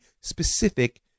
specific